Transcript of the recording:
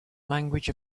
language